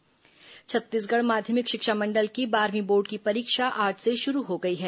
board परीक्षा छत्तीसगढ़ माध्यमिक शिक्षा मंडल की बारहवीं बोर्ड की परीक्षा आज से शुरू हो गई है